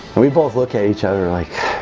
we both look at each other like